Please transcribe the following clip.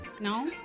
No